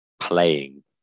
playing